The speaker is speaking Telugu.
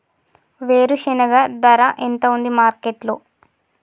వేరుశెనగ ధర ఎంత ఉంది మార్కెట్ లో?